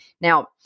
Now